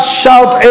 shout